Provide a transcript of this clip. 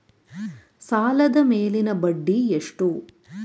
ಸಾಲದ ಮೇಲಿನ ಬಡ್ಡಿ ಎಷ್ಟು?